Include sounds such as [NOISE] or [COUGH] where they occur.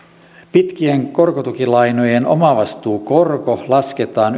pitkien korkotukilainojen omavastuukorko lasketaan [UNINTELLIGIBLE]